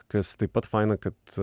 kas taip pat faina kad